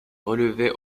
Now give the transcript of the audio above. relevé